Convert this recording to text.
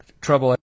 trouble